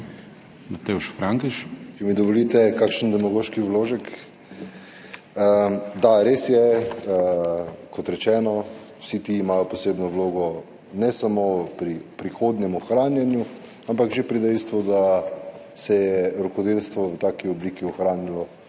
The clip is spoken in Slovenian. MGTŠ):** Če mi dovolite kakšen demagoški vložek. Da, res je, kot rečeno, vsi ti imajo posebno vlogo, ne samo pri prihodnjem ohranjanju, ampak že pri dejstvu, da se je rokodelstvo v taki obliki ohranilo